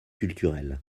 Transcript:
culturels